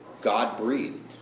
God-breathed